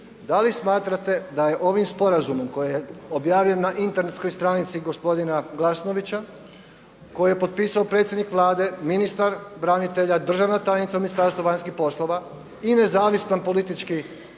Da li smatrate da je ovim sporazumom koji je objavljen na internetskoj stranici gospodina Glasnovića koji je potpisao predsjednik Vlade, ministar branitelja, državna tajnica u Ministarstvu vanjskih poslova i nezavisan zastupnik